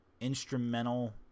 instrumental